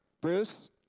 Bruce